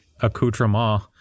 accoutrement